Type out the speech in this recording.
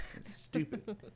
stupid